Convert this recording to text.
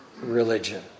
religion